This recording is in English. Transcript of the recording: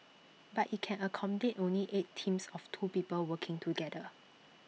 but IT can accommodate only eight teams of two people working together